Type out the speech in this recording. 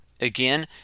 Again